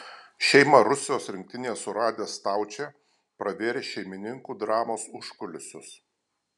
šeimą rusijos rinktinėje suradęs staučė pravėrė šeimininkų dramos užkulisius